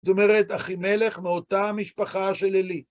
זאת אומרת, אחימלך מאותה המשפחה של אלי.